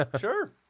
Sure